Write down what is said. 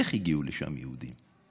איך הגיעו לשם יהודים?